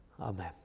Amen